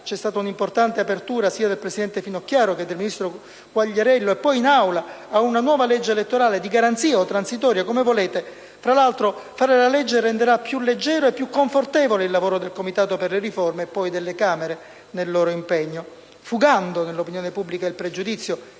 (c'è stata un'importante apertura sia del presidente Finocchiaro sia del ministro Quagliariello) e poi in Aula a una nuova legge elettorale, di garanzia o transitoria, chiamatela come volete. Tra l'altro, varare la legge renderà più leggero e più confortevole il lavoro del Comitato per le riforme, e poi delle Camere nel loro impegno, fugando nell'opinione pubblica il pregiudizio